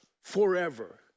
forever